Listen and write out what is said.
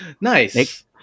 Nice